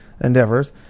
endeavors